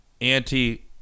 anti